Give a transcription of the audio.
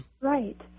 right